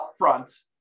upfront